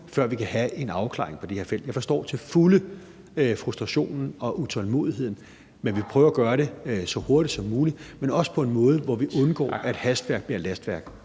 før vi kan have en afklaring på det her felt. Jeg forstår til fulde frustrationen og utålmodigheden, men vi prøver at gøre det så hurtigt som muligt, men også på en måde, hvor vi undgår, at hastværk bliver lastværk.